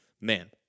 man